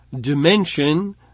dimension